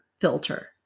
filter